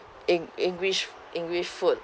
eng~ english english food